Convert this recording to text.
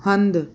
हंधि